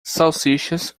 salsichas